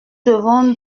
devons